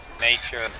nature